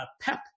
pep